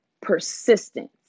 persistence